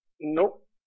Nope